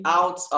out